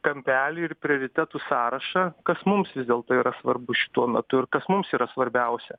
kampelį ir prioritetų sąrašą kas mums vis dėlto yra svarbu šituo metu ir kas mums yra svarbiausia